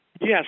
Yes